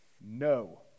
No